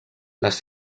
les